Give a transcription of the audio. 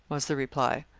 was the reply.